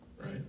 right